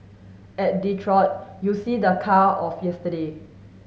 at Detroit you see the car of yesterday